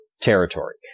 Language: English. territory